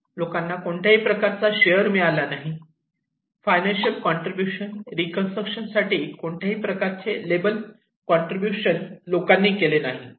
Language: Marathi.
लोकांना कोणत्याही प्रकारचा शेअर मिळाला नाही फायनान्शियल कॉन्ट्रीब्युशन रीकन्स्ट्रक्शन साठी कोणत्याही प्रकारचे लेबर कॉन्ट्रीब्युशन लोकांनी केले नाही